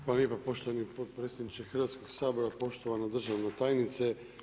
Hvala lijepo poštovani potpredsjedniče Hrvatskoga sabora, poštovana državna tajnice.